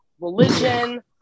religion